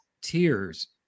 tears